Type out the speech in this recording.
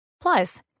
Plus